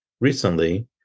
recently